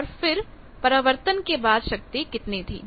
और फिर परावर्तन के बाद शक्ति कितनी थी